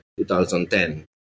2010